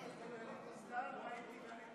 בטעות אצל גלית דיסטל.